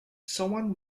someone